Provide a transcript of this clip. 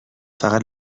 فقط